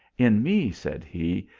in me, said he,